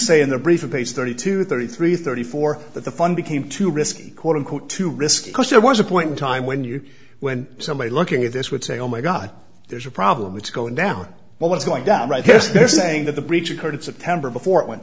say in the briefcase thirty two thirty three thirty four that the fund became too risky quote unquote too risky because there was a point in time when you when somebody's looking at this would say oh my god there's a problem it's going down but what's going down right here is they're saying that the breach occurred in september before it went